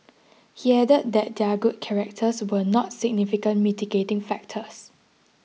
he added that their good characters were not significant mitigating factors